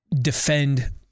defend